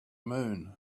moon